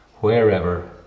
wherever